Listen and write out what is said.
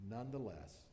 Nonetheless